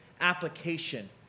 application